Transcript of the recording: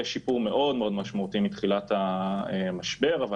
יש שיפור מאוד מאוד משמעותי מתחילת המשבר אבל